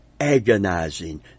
agonizing